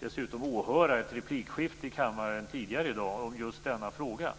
tidigare i dag åhöra ett replikskifte i kammaren om just denna fråga.